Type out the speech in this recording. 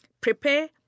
prepare